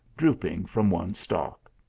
drooping from one stalk.